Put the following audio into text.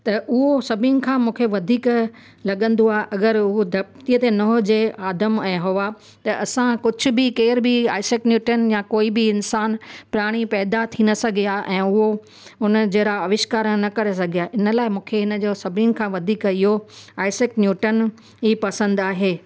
त उहो सभिनि खां मूंखे वधीक लॻंदो आहे अगरि उहो धरती ते न हुजे आदम ऐं हवा त असां कुझ बि केर बि आइसेक न्यूटन या कोई बि इंसान प्राणी पैदा थी न सघे आहे ऐं उहो उन जहिड़ा अविष्कार न करे सघिया इन करे मूंखे इन जो सभिनि खां वधीक इहो आइसेक न्यूटन ई पसंदि आहे